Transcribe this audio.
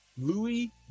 Louis